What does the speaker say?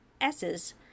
S's